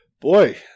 boy